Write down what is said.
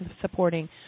supporting